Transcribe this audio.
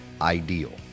Ideal